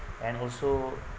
and also